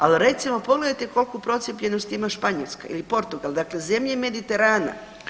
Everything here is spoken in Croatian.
Ali recimo pogledajte koliku procijepljenost ima Španjolska ili Portugal, dakle zemlje Mediterana.